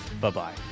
Bye-bye